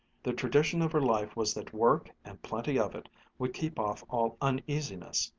the tradition of her life was that work and plenty of it would keep off all uneasiness,